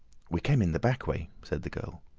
we came in the back way, said the girl.